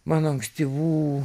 mano ankstyvų